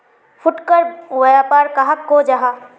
फुटकर व्यापार कहाक को जाहा?